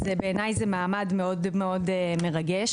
אז בעיניי זה מעמד מאוד מאוד מרגש.